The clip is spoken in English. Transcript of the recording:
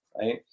right